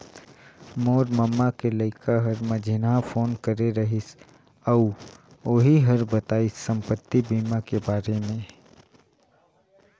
मोर ममा के लइका हर मंझिन्हा फोन करे रहिस अउ ओही हर बताइस संपति बीमा के बारे मे